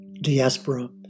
diaspora